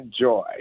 joy